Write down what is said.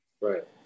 Right